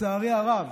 לצערי הרב,